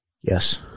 Yes